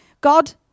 God